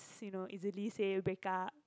you know easily say breakup